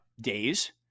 days